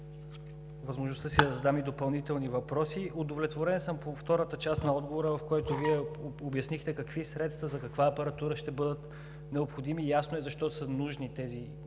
възможността си да задам и допълнителни въпроси. Удовлетворен съм по втората част на отговора, в който Вие обяснихте какви средства за каква апаратура ще бъдат необходими. Ясно е защо са нужни тези